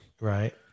right